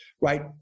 right